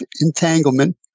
entanglement